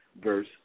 verse